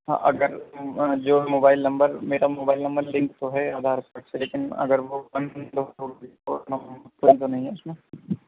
ہاں اگر جو موبائل نمبر میرا موبائل نمبر لنک تو ہے آدھار کاڈ سے لیکن اگر وہ بند ہو نہیں ہے اس میں